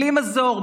בלי מזור,